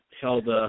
held